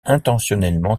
intentionnellement